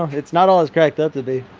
um it's not all it's cracked up to be.